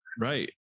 Right